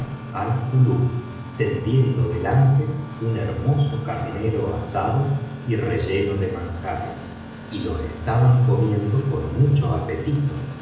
kuat alkulub teniendo delante un hernioso carnero asado y relleno de manjares y lo estaban comiendo con mucho apetito